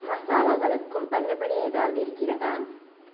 மசாலாக்களுக்கும் தள்ளுபடி எதாவது இருக்கிறதா